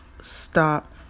stop